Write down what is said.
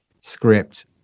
script